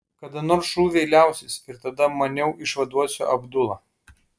kada nors šūviai liausis ir tada maniau išvaduosiu abdulą